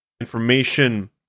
information